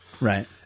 Right